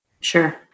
Sure